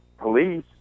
police